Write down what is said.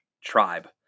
tribe